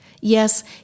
Yes